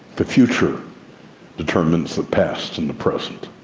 the future determines the past and the present.